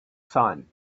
sun